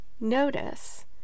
notice